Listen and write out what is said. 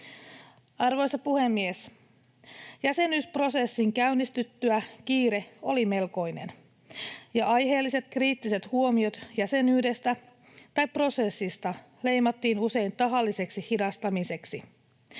Arvoisa puhemies! Jäsenyysprosessin käynnistyttyä kiire oli melkoinen, ja aiheelliset kriittiset huomiot jäsenyydestä tai prosessista leimattiin usein tahalliseksi hidastamiseksi.